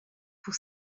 pour